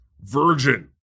Virgin